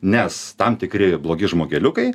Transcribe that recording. nes tam tikri blogi žmogeliukai